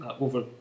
over